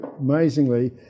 amazingly